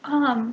(uh huh)